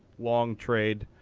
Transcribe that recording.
long trade.